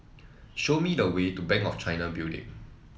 show me the way to Bank of China Building